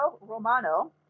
Romano